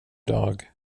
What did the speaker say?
dag